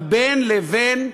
אבל בין לבין,